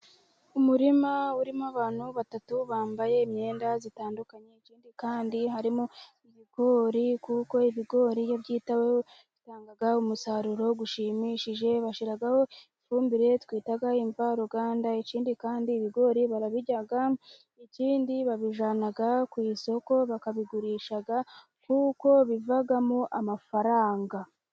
Umurima urimo abantu batatu bambaye imyenda itandukanye, ikindi kandi harimo ibigori kuko ibigori iyo byitaweho bitanga umusaruro ushimishije, bashyiraho ifumbire twita imvaruganda. Ikindi kandi ibigori barabirya, ikindi babijyana ku isoko bakabigurisha kuko bivamo amafaranga.